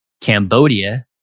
Cambodia